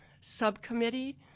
subcommittee